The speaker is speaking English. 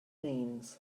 means